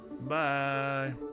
bye